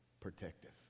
protective